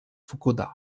fukuda